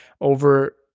over